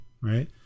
right